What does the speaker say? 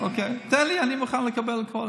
תן לי, אני מוכן לענות.